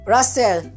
Russell